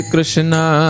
Krishna